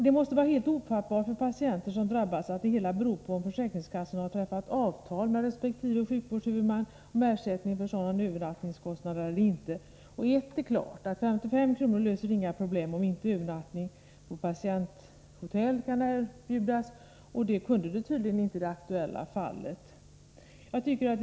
Det måste vara helt ofattbart för patienten som drabbas att det hela beror på om försäkringskassan har träffat avtal med resp. sjukvårdshuvudman om ersättning för övernattningskostnader eller inte. Ett är klart: 55 kr. löser inga problem om inte övernattning på patienthotell kan erbjudas. I det aktuella fallet kunde övernattning tydligen inte erbjudas.